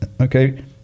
Okay